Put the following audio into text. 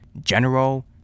general